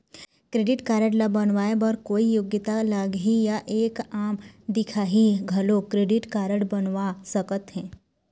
Credit card ला बनवाए बर कोई योग्यता लगही या एक आम दिखाही घलो क्रेडिट कारड बनवा सका थे?